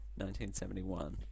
1971